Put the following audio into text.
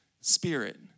spirit